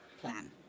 plan